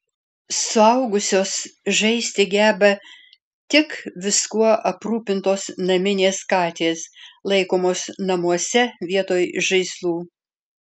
suaugusios žaisti geba tik viskuo aprūpintos naminės katės laikomos namuose vietoj žaislų